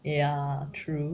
ya true